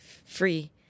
free